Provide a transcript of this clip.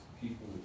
people